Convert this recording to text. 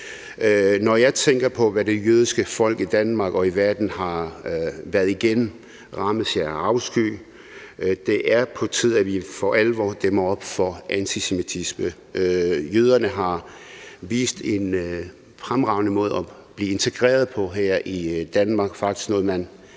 Når jeg tænker på, hvad det jødiske folk i Danmark og i verden har været igennem, fyldes jeg med afsky. Det er på tide, at vi for alvor dæmmer op for antisemitisme. Jøderne har vist en fremragende måde at blive integreret på her i Danmark – det er faktisk noget, man